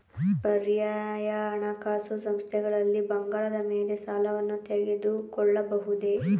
ಪರ್ಯಾಯ ಹಣಕಾಸು ಸಂಸ್ಥೆಗಳಲ್ಲಿ ಬಂಗಾರದ ಮೇಲೆ ಸಾಲವನ್ನು ತೆಗೆದುಕೊಳ್ಳಬಹುದೇ?